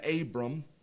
Abram